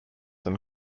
than